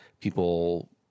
people